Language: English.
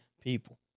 people